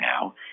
now